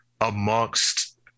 amongst